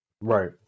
Right